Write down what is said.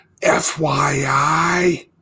FYI